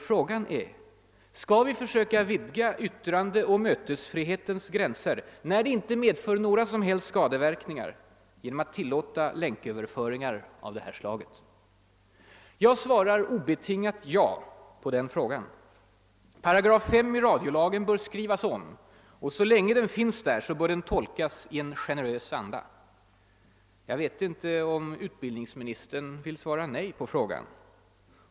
Frågan är: Skall vi försöka vidga yttrandeoch mötesfrihetens gränser, när det inte medför några som helst skadeverkningar, genom att tillåta länköverföringar av detta slag? Jag svarar obetingat ja på den frågan. 5 § i radiolagen bör skrivas om, och så länge den finns där bör den tolkas i en generös anda. Jag vet inte, om utbildningsministern vill svara nej på frågan.